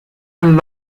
and